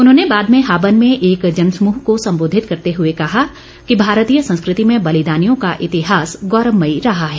उन्होंने बाद में हाबन में एक जनसमूह को सम्बोधित करते हुए कहा कि भारतीय संस्कृति में बलिदानियों का इतिहास गौरवमयी रहा है